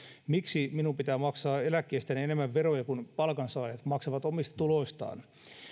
miksi minun pitää maksaa eläkkeistäni enemmän veroja kuin palkansaajat maksavat omista tuloistaan